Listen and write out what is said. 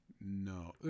No